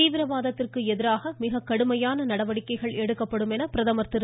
தீவிரவாதத்திற்கு எதிராக மிகக் கடுமையான நடவடிக்கைகள் எடுக்கப்படும் என பிரதமர் திரு